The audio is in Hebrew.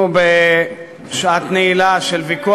אנחנו בשעת נעילה של ויכוח,